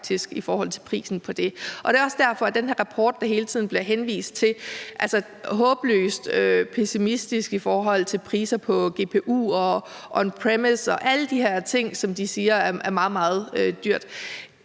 det er også derfor, at den her rapport, der hele tiden bliver henvist til, er så håbløst pessimistisk i forhold til priser på GPU og on premise og alle de her ting, som de siger er meget, meget dyrt.